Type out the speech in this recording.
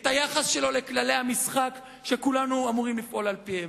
את היחס שלו לכללי המשחק שכולנו אמורים לפעול על-פיהם.